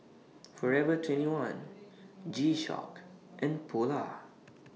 Forever twenty one G Shock and Polar